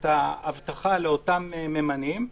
את ההבטחה לאותם ממנים.